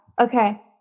Okay